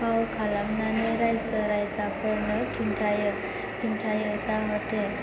फाव खालामनानै रायजो राजाफोरनो खिन्थायो जाहाथे